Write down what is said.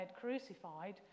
crucified